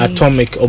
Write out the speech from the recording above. Atomic